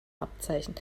abzeichen